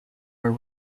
were